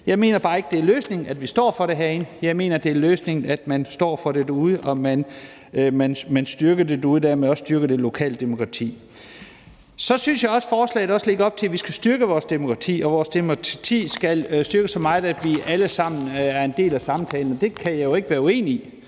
Jeg mener bare ikke, det er løsningen, at vi står for det herinde. Jeg mener, at det er løsningen, at man står for det derude og man styrker det derude og dermed også styrker det lokale demokrati. Så synes jeg også, forslaget lægger op til, at vi skal styrke vores demokrati og vores demokrati skal styrkes så meget, at vi alle sammen er en del af samtalen, og det kan jeg jo ikke være uenig i,